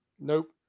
Nope